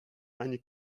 ani